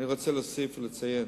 רצוני לשאול: